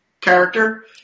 character